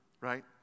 right